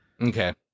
Okay